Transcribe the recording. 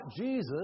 Jesus